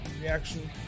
reaction